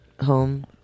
home